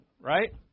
right